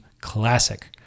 Classic